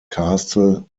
castle